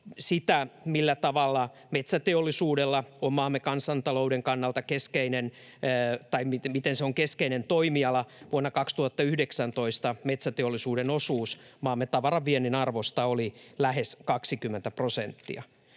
sitä, millä tavalla metsäteollisuus on maamme kansantalouden kannalta keskeinen toimiala. Vuonna 2019 metsäteollisuuden osuus maamme tavaraviennin arvosta oli lähes 20 prosenttia.